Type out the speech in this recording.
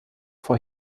vor